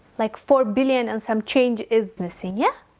like four billion and some change is missing, yeah?